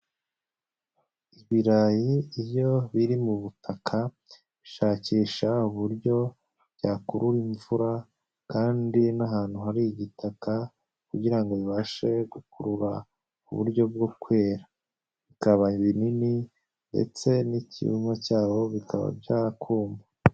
Ibirayi iyo biri mu butaka bishakisha uburyo byakurura imvura kandi n'ahantu hari igitaka kugira bibashe gukurura ku buryo bwo kwera, bikaba ibini ndetse n'icyumba cyaho bikaba byakuma.